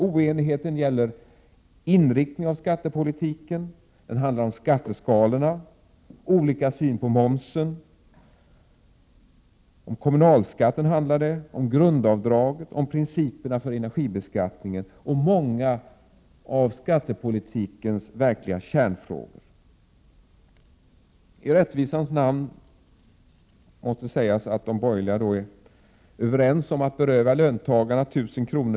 Oenigheten gäller inriktningen av skattepolitiken, skatteskalorna; synen på moms, kommunalskatten, grundavdrag, principerna för energibeskattningen och många av skattepolitikens verkliga kärnfrågor. I rättvisans namn måste sägas att de borgerliga är överens om att beröva löntagarna 1 000 kr.